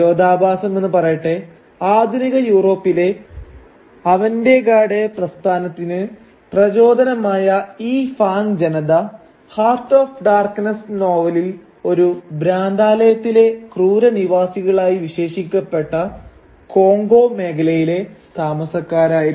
വിരോധാഭാസമെന്ന് പറയട്ടെ ആധുനിക യൂറോപ്പിലെ അവന്ത് ഗാർഡ് പ്രസ്ഥാനത്തിന് പ്രചോദനമായ ഈ ഫാങ് ജനത 'ഹാർട്ട് ഓഫ് ഡാർക്നെസ്സ്' നോവലിൽ ഒരു ഭ്രാന്താലയത്തിലെ ക്രൂര നിവാസികളായി വിശേഷിപ്പിക്കപ്പെട്ട കോംഗോ മേഖലയിലെ താമസക്കാരായിരുന്നു